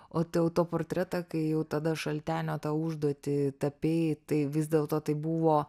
o tai autoportretą kai jau tada šaltenio tą užduotį tapei tai vis dėlto tai buvo